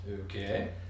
Okay